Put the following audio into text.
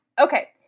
Okay